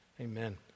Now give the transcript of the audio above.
Amen